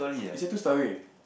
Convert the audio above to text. is there two story